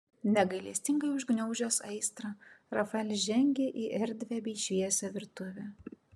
negailestingai užgniaužęs aistrą rafaelis žengė į erdvią bei šviesią virtuvę